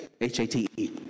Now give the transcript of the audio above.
H-A-T-E